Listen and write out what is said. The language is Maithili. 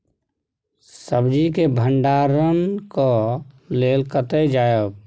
सब्जी के भंडारणक लेल कतय जायब?